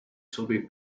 sobib